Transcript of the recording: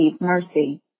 mercy